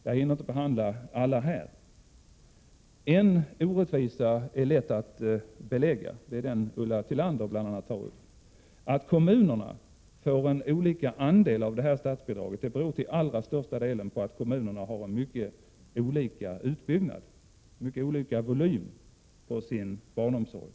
Jag hinner inte behandla alla här, men en orättvisa är det lätt att belägga. Det är den orättvisa som bl.a. Ulla Tillander tar upp. Att kommunerna får olika del av det här statsbidraget beror till allra största delen på att kommunerna har en mycket olika utbyggnad, mycket olika volym när det gäller barnomsorgen.